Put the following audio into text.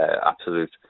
absolute